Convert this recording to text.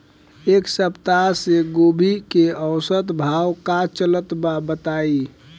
एक सप्ताह से गोभी के औसत भाव का चलत बा बताई?